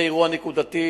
זה אירוע נקודתי,